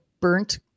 burnt